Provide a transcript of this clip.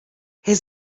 his